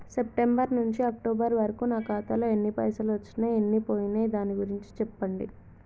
September నుంచి October వరకు నా ఖాతాలో ఎన్ని పైసలు వచ్చినయ్ ఎన్ని పోయినయ్ దాని గురించి చెప్పండి?